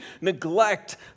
neglect